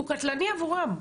הוא קטלני עבורם.